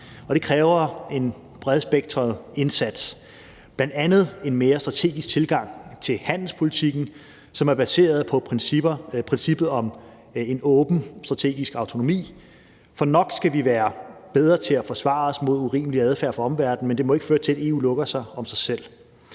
det kræver en bredspektret indsats, bl.a. en mere strategisk tilgang til handelspolitikken, som er baseret på princippet om en åben strategisk autonomi. For nok skal vi være bedre til at forsvare os mod en urimelig adfærd fra omverdenen, men det må ikke føre til, at EU lukker sig om sig selv.